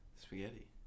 Spaghetti